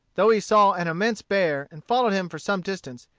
though he saw an immense bear, and followed him for some distance,